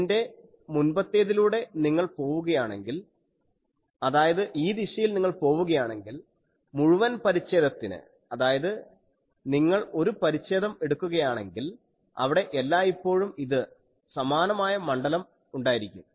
ഇതിൻ്റെ മുൻപത്തെതിലൂടെ നിങ്ങൾ പോവുകയാണെങ്കിൽ അതായത് ഈ ദിശയിൽ നിങ്ങൾ പോവുകയാണെങ്കിൽ മുഴുവൻ പരിച്ഛേദത്തിന് അതായത് നിങ്ങൾ ഒരു പരിച്ഛേദം എടുക്കുകയാണെങ്കിൽ അവിടെ എല്ലായ്പ്പോഴും ഇത് ഈ സമാനമായ മണ്ഡലം ഉണ്ടായിരിക്കും